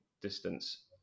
distance